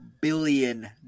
billion